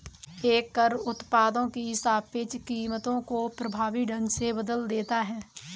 एक कर उत्पादों की सापेक्ष कीमतों को प्रभावी ढंग से बदल देता है